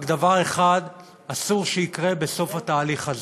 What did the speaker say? רק דבר אחד אסור שיקרה בסוף התהליך הזה: